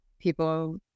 people